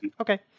Okay